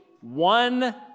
one